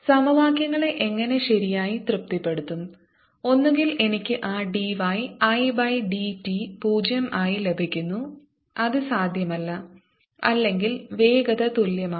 സമവാക്യങ്ങളെ എങ്ങനെ ശരിയായി തൃപ്തിപ്പെടുത്തും ഒന്നുകിൽ എനിക്ക് ആ d y I by d t 0 ആയി ലഭിക്കുന്നു അത് സാധ്യമല്ല അല്ലെങ്കിൽ വേഗത തുല്യമാണ്